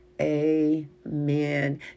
amen